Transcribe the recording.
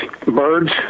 birds